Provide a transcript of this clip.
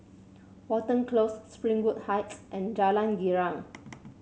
Watten Close Springwood Heights and Jalan Girang